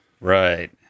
Right